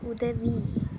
உதவி